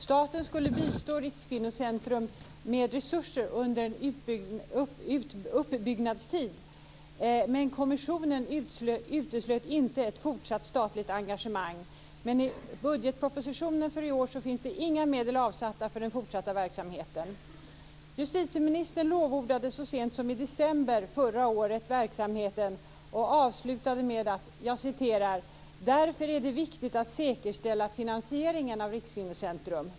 Staten skulle bistå Rikskvinnocentrum med resurser under en uppbyggnadstid, men kommissionen uteslöt inte ett fortsatt statligt engagemang. Men i budgetpropositionen för i år finns det inga medel avsatta för den fortsatta verksamheten. Justitieministern lovordade så sent som i december förra året verksamheten och avslutade med att säga: Därför är det viktigt att säkerställa finansieringen av Rikskvinnocentrum.